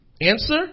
Answer